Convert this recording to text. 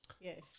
Yes